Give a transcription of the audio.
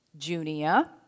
Junia